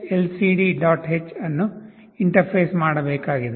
h ಅನ್ನು interface ಮಾಡಬೇಕಾಗಿದೆ